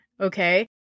okay